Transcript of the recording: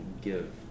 give